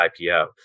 IPO